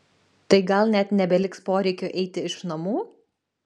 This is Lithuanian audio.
tai gal net nebeliks poreikio eiti iš namų